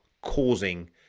causing